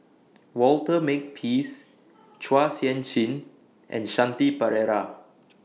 Walter Makepeace Chua Sian Chin and Shanti Pereira